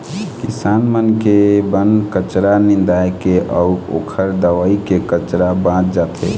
किसान मन के बन कचरा निंदाए के अउ ओखर दवई के खरचा बाच जाथे